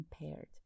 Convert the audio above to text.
impaired